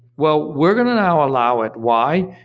well, we're going to now allow it. why?